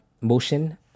motion